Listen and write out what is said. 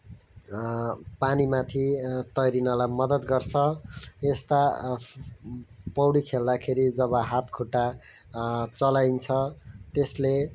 पानी माथि तैरिनलाई मद्दत गर्छ यस्ता पौडी खेल्दाखेरि जब हात खुट्टा चलाइन्छ त्यसले